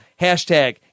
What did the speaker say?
Hashtag